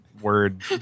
word